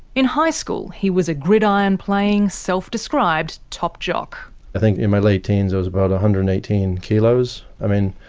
in high school, he was a gridiron-playing, self-described top jock i think in my late teens i was about one ah hundred and eighteen kilos. i mean,